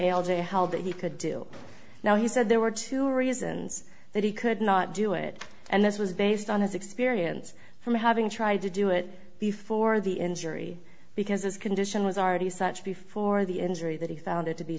held that he could do now he said there were two reasons that he could not do it and this was based on his experience from having tried to do it before the injury because his condition was already such before the injury that he found it to be